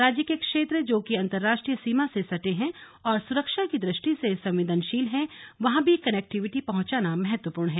राज्य के क्षेत्र जोकि अंतर्राष्ट्रीय सीमा से सटे हैं और सुरक्षा की द्रष्टि से संवेदनशील हैं वहां भी कनेक्टिविटी पहुंचाना महत्वपूर्ण हैं